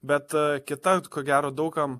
bet kita ko gero daug kam